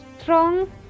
strong